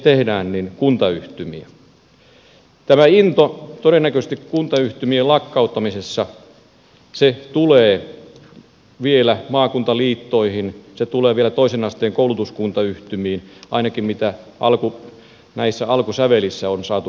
tämä into kuntayhtymien lakkauttamisessa todennäköisesti tulee vielä maakuntaliittoihin se tulee vielä toisen asteen koulutuskuntayhtymiin ainakin mitä näissä alkusävelissä on saatu kuulla